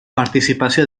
participació